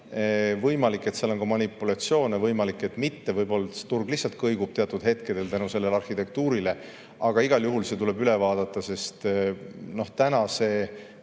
Võimalik, et seal on ka manipulatsioone, võimalik, et mitte. Võib-olla turg lihtsalt kõigub teatud hetkedel selle arhitektuuri tõttu. Aga igal juhul see tuleb üle vaadata, sest täna see